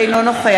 אינו נוכח